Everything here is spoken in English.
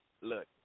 Look